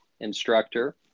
instructor